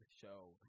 show